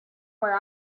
where